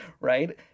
right